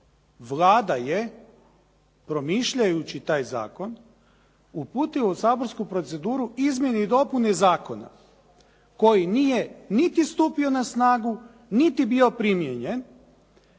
Vlada je promišljajući taj zakon, uputila u saborsku proceduru izmjene i dopune zakona koji nije niti stupio na snagu, niti bio primijenjen,